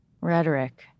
rhetoric